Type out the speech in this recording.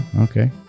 Okay